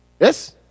Yes